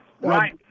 right